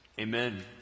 Amen